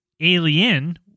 alien